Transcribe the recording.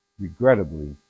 regrettably